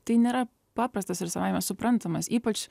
tai nėra paprastas ir savaime suprantamas ypač